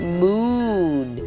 moon